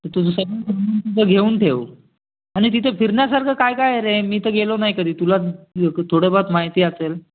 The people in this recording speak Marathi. तुझं सर्व घेऊन ठेव आणि तिथे फिरण्यासारखे काय काय आहे रे मी तर गेलो नाही कधी तुला थोडं फार माहिती असेल